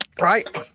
right